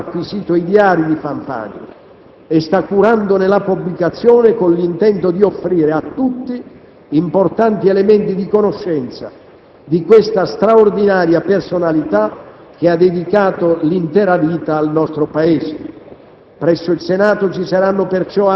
L'archivio storico del Senato ha acquisito i diari di Fanfani e sta curandone la pubblicazione con l'intento di offrire a tutti importanti elementi di conoscenza di questa straordinaria personalità che ha dedicato l'intera vita al nostro Paese.